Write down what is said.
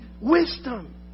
wisdom